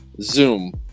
Zoom